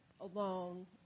Alone